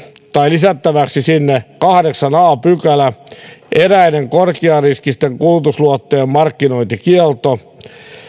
lisättäväksi kahdeksas a pykälä eräiden korkeariskisten kulutusluottojen markkinointikielto